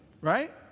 right